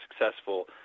successful